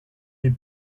des